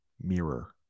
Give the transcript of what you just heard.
mirror